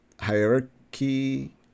hierarchy